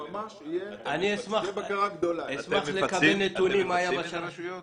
אני אשמח לקבל נתונים לגבי מה שהיה בשנה שעברה.